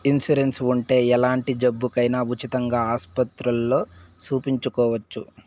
insurance ఉంటే ఎలాంటి జబ్బుకైనా ఉచితంగా ఆస్పత్రుల్లో సూపించుకోవచ్చు